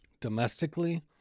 Domestically